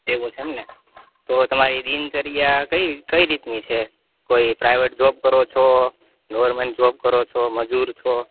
એવું છે એમ ને તો તમારી દિનચર્યા કઈ કઈ રીતની છે કોઈ પ્રાઈવેટ જોબ કરો છો ગવર્મેન્ટ જોબ કરો છો મજૂર છો